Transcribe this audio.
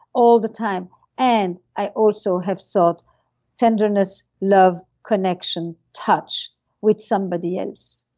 all the time and i also have sought tenderness, love, connection, touch with somebody else